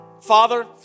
Father